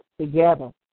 together